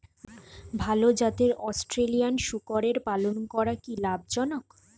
ভাল জাতের অস্ট্রেলিয়ান শূকরের পালন করা কী লাভ জনক?